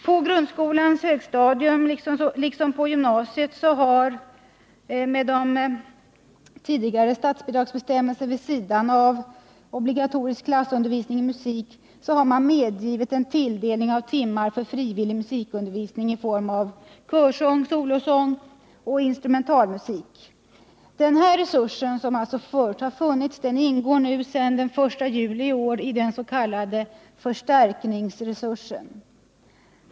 På grundskolans högstadium liksom på gymnasiet har enligt tidigare statsbidragsbestämmelser vid sidan av obligatorisk klassundervisning i musik medgivits en tilldelning av timmar för frivillig musikundervisning i form av körsång, solosång och instrumentalmusik. Denna resurs, som alltså förut har funnits, ingår sedan den 1 juli 1978 i dens.k. förstärkningsresursen.